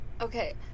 Okay